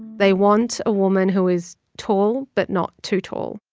they want a woman who is tall but not too tall,